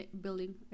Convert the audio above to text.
building